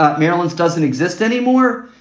um maryland doesn't exist anymore.